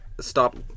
stop